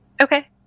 Okay